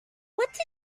what